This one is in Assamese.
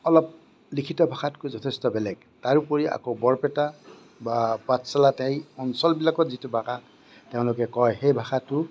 অলপ লিখিত ভাষাতকৈ যথেষ্ট বেলেগ তাৰোপৰি আকৌ বৰপেটা বা পাটশালাতেই অঞ্চলবিলাকত যিটো ভাষা তেওঁলোকে কয় সেই ভাষাটো